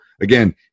again